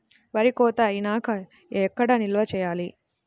వరి కోత అయినాక ఎక్కడ నిల్వ చేయాలి?